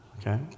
okay